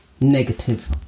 Negative